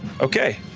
Okay